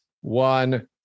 one